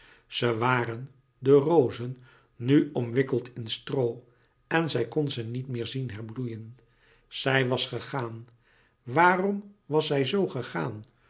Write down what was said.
ze waren de rozen nu omwikkeld in stroo en zij kon ze niet meer zien herbloeien zij was gegaan waarom was zij zoo gegaan